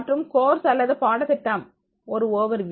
மற்றும் கோர்ஸ் அல்லது பாடத்திட்டம் ஒரு ஓவர்வியூ